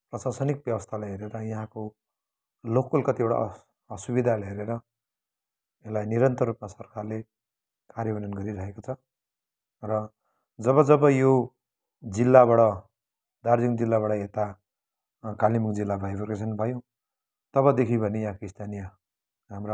प्रशासनिक व्यवस्थालाई हेरेर यहाँको लोकल कतिवटा असुविधाहरूलाई हेरेर यसलाई निरन्तर रुपमा सरकारले कार्यन्वयन गरिरहेको छ र जब जब यो जिल्लाबाट दार्जिलिङ जिल्लाबाट यता कालिम्पोङ जिल्ला बाइफर्केसन भयो तबदेखि भने यहाँको स्थानीय हाम्रा